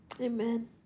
Amen